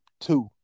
two